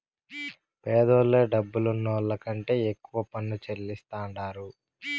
పేదోల్లే డబ్బులున్నోళ్ల కంటే ఎక్కువ పన్ను చెల్లిస్తాండారు